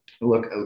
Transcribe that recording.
Look